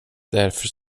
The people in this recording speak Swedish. därför